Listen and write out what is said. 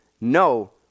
No